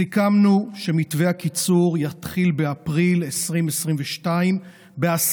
סיכמנו שמתווה הקיצור יתחיל באפריל 2022 בעשרה